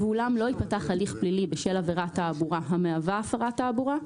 ואולם לא ייפתח הליך פלילי בשל עבירת תעבורה המהווה הפרת תעבורה,